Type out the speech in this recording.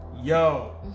yo